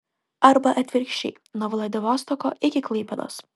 arba atvirkščiai nuo vladivostoko iki klaipėdos